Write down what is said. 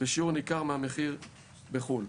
בשיעור ניכר מהמחיר בחו"ל.